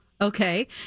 okay